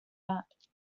art